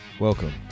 Welcome